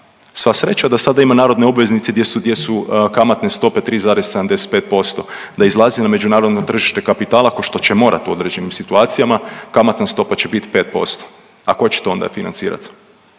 Sva sreća da sada ima narodne obveznice gdje su kamatne stope 3,75%, da izlazi na međunarodno tržište kapitala ko što će morat u određenim situacijama kamatna stopa će bit 5%. A ko će onda to financirat?